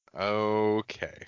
Okay